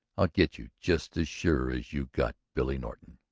i'll get you just as sure as you got billy norton!